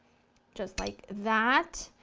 just like that.